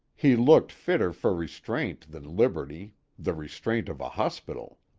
he looked fitter for restraint than liberty the restraint of a hospital.